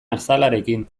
azalarekin